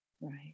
Right